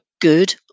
good